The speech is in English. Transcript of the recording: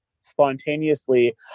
spontaneously